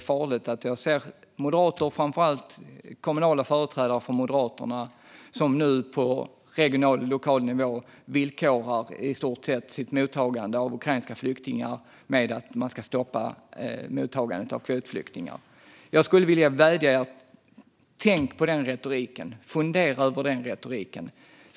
Framför allt kommunala företrädare för Moderaterna villkorar nu på regional och lokal nivå sitt mottagande av ukrainska flyktingar med att stoppa mottagandet av kvotflyktingar. Jag skulle vilja vädja till er: Tänk på den retoriken! Fundera över den retoriken!